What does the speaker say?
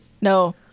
No